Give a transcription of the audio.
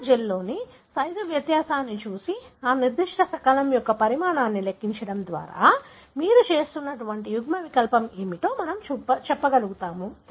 ఒక జెల్లోని సైజు వ్యత్యాసాన్ని చూసి ఆ నిర్దిష్ట శకలం యొక్క పరిమాణాన్ని లెక్కించడం ద్వారా మీరు చూస్తున్న యుగ్మవికల్పం ఏమిటో మనము చెప్పగలుగుతాము